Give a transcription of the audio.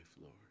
Lord